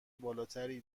بالاتری